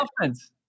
offense